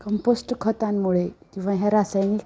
compost खतांमुळे किंवा ह्या रासायनिक